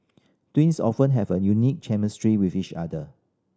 twins often have a unique chemistry with each other